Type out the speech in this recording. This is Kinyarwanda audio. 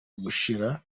gushyira